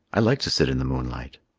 i like to sit in the moonlight.